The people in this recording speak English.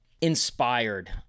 inspired